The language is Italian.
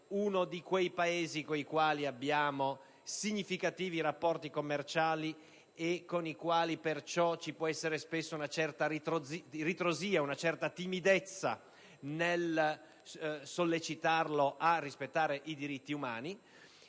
uno di quei Paesi con i quali intratteniamo significativi rapporti commerciali e verso i quali, perciò, può esserci spesso una certa ritrosia e una certa timidezza nel sollecitarli a rispettare i diritti umani.